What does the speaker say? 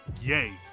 yay